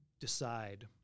decide